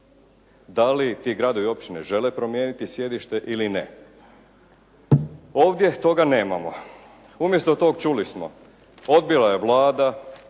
da li ti gradovi i općine žele promijeniti sjedište ili ne. Ovdje toga nemamo. Umjesto tog čuli smo, odbila je Vlada